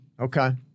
Okay